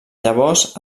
llavors